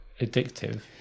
addictive